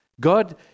God